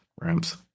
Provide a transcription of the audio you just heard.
Ramps